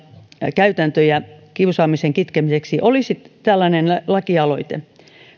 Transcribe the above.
käytäntöjä kiusaamisen kitkemiseksi olisi tällainen lakialoite